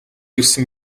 ирсэн